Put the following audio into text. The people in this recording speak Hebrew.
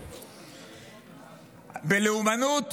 בלאומנות?